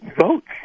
votes